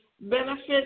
benefits